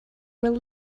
were